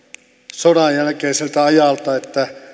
sodanjälkeiseltä ajalta että